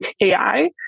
AI